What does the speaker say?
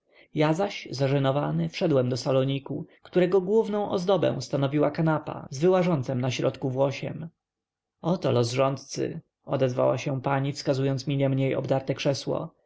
ja zaś zażenowany wszedłem do saloniku którego główną ozdobę stanowiła kanapa z wyłażącem na środku włosieniem oto los rządcy odezwała się pani wskazując mi niemniej obdarte krzesło